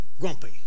grumpy